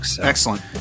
Excellent